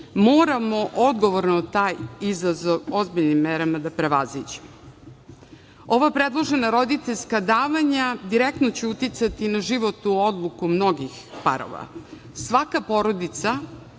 moramo odgovorno taj izazov ozbiljnim merama da prevaziđemo. Ova predložena roditeljska davanja direktno će uticati na životnu odluku mnogih parova. Svaka porodica